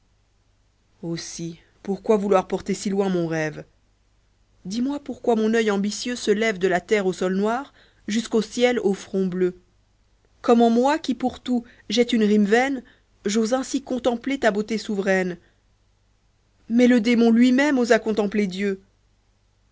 aussi pourquoi vouloir porter si loin mon rêve dis-moi pourquoi mon ceil ambitieux se lève de la terre au sol noir jusqu'au ciel au front bleu comment moi qui pour tout jette une rime vaine j'ose ainsi contempler ta beauté souveraine mais le démon lui-même osa contempler dieu